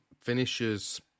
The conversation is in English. finishes